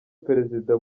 perezida